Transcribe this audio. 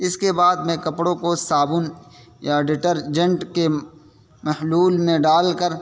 اس کے بعد میں کپڑوں کو صابن یا ڈیٹرجینٹ کے محلول میں ڈال کر